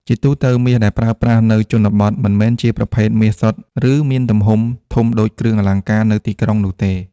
ជាទូទៅ មាសដែលប្រើប្រាស់នៅជនបទមិនមែនជាប្រភេទមាសសុទ្ធ ឬមានទំហំធំដូចគ្រឿងអលង្ការនៅទីក្រុងនោះទេ។